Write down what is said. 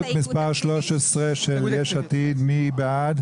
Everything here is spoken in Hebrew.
מי בעד?